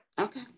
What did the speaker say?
Okay